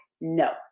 no